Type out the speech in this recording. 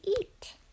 eat